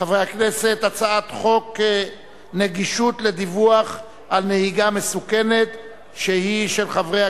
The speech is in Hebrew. אני קובע שהצעת חוק זכויות נפגעי עבירה (תיקון,